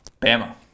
Bama